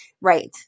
Right